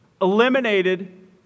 eliminated